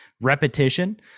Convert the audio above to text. repetition